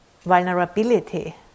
vulnerability